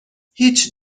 هیچ